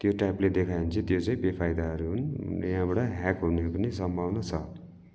त्यो टाइपले देखायो भने चाहिँ त्यो चाहिँ बेफाइदाहरू हुन् याँबर ह्याक हुने पनि सम्भवना छ